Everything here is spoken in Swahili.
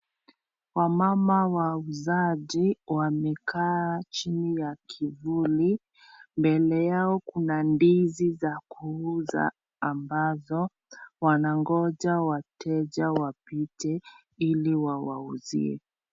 Wamama wauzaji wamekaa chini ya kivuli mbele yao kuna ndizi za kuuza ambazo wanangoja wateja wapite iliwauzie.